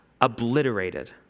obliterated